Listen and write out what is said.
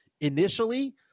initially